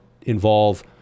involve